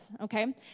Okay